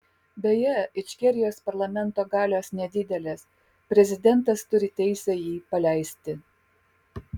beje ičkerijos parlamento galios nedidelės prezidentas turi teisę jį paleisti